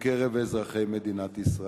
בקרב אזרחי מדינת ישראל.